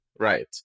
Right